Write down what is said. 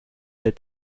der